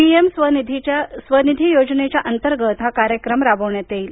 PM Svanidhi योजनेच्या अंतर्गत हा कार्यक्रम राबविण्यात येईल